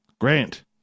Grant